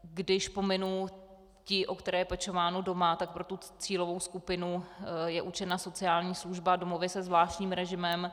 Když pominu ty, o které je pečováno doma, tak pro cílovou skupinu je určena sociální služba, domovy se zvláštním režimem.